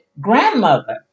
grandmother